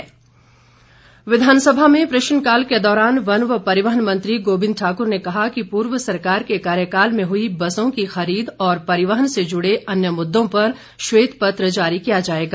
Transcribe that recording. प्रश्नकाल विधानसभा में प्रश्नकाल के दौरान वन व परिवहन मंत्री गोबिंद ठाकुर ने कहा कि पूर्व सरकार के कार्यकाल में हुई बसों की खरीद और परिवहन से जुड़े अन्य मुद्दों पर श्वेत पत्र जारी किया जाएगा